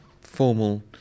formal